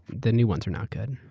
the new ones are not good.